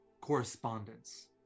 correspondence